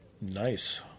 nice